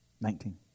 Nineteen